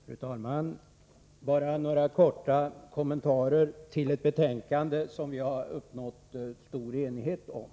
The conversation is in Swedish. Fru talman! Bara några korta kommentarer till ett betänkande, som vi har uppnått stor enighet om.